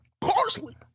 Parsley